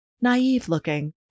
naive-looking